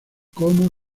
como